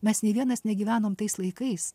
mes nė vienas negyvenom tais laikais